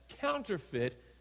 counterfeit